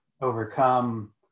overcome